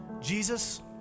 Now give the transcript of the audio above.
Jesus